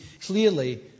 clearly